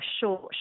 short